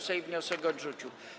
Sejm wniosek odrzucił.